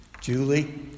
Julie